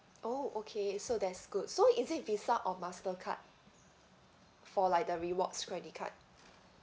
oh okay so that's good so is it visa or mastercard for like the rewards credit card